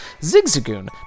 Zigzagoon